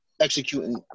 executing